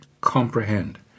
comprehend